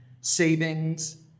savings